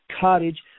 cottage